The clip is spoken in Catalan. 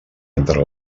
entre